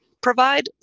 provide